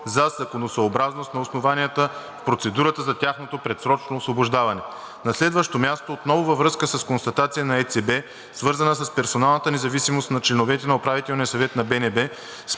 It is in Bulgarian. за законосъобразност на основанията в процедурата за тяхното предсрочно освобождаване. На следващо място, отново във връзка с констатация на ЕЦБ, свързана с персоналната независимост на членовете на Управителния съвет на БНБ,